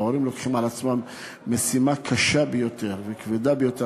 וההורים לוקחים על עצמם משימה קשה ביותר וכבדה ביותר,